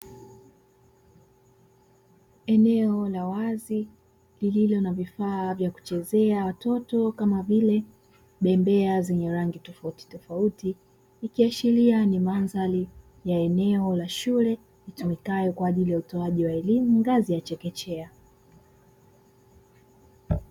Eneo la wazi lililo na vifaa vya kuchezea watoto kama vile bembea zenye rangi tofautitofauti. Ikiashiria ni mandhari ya eneo la shule kwa ajili ya utoaji wa elimu ngazi ya chekechea.